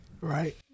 right